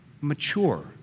mature